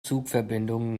zugverbindungen